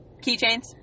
Keychains